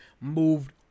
moved